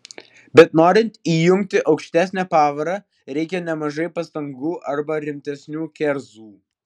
bet norint įjungti aukštesnę pavarą reikia nemažai pastangų arba rimtesnių kerzų